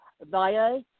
via